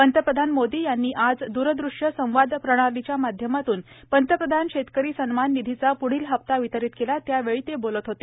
पंतप्रधान मोदी यांनी आज द्रदृश्य संवाद प्रणालीच्या माध्यमातून पंतप्रधान शेतकरी सन्मान निधीचा प्ढील हप्ता वितरीत केला त्यावेळी ते बोलत होते